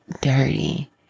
dirty